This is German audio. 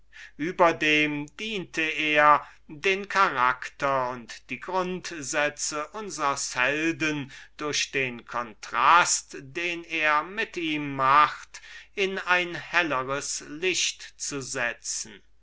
überdem diente er den charakter und die grundsätze unsers helden durch den kontrast den er mit selbigen macht in ein desto höheres licht zu setzen